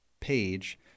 page